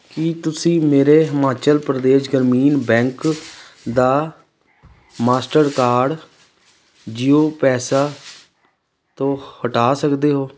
ਕੀ ਤੁਸੀਂਂ ਮੇਰੇ ਹਿਮਾਚਲ ਪ੍ਰਦੇਸ਼ ਗ੍ਰਮੀਨ ਬੈਂਕ ਦਾ ਮਾਸਟਰਕਾਰਡ ਜੀਓ ਪੈਸਾ ਤੋਂ ਹਟਾ ਸਕਦੇ ਹੋ